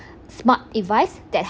smart device that has